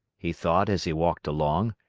he thought, as he walked along.